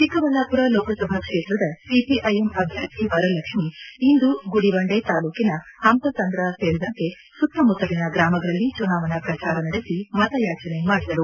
ಚಿಕ್ಕಬಳ್ಳಾಪುರ ಲೋಕಸಭಾ ಕ್ಷೇತ್ರದ ಸಿಪಿಐಎಂ ಅಭ್ಯರ್ಥಿ ವರಲಕ್ಷಿ ಇಂದು ಗುಡಿಬಂಡೆ ತಾಲೂಕಿನ ಪಂಪಸಂದ್ರ ಸೇರಿದಂತೆ ಸುತ್ತಮುತ್ತಲಿನ ಗ್ರಾಮಗಳಲ್ಲಿ ಚುನಾವಣಾ ಪ್ರಚಾರ ನಡೆಸಿ ಮತಯಾಚನೆ ಮಾಡಿದರು